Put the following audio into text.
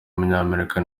w’umunyamerika